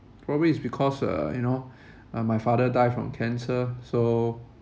probably is because uh you know uh my father die from cancer so